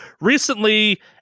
recently